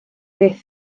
beth